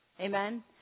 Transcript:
Amen